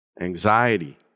anxiety